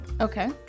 Okay